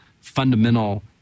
fundamental